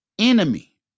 enemy